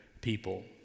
people